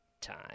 time